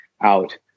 out